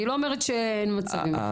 אני לא אומרת שאין מצבים.